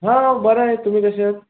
हां बरा आहे तुम्ही कसे आहात